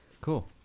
Cool